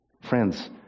Friends